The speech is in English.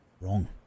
wrong